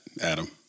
Adam